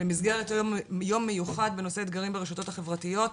במסגרת יום מיוחד בנושא: אתגרים ברשתות החברתיות,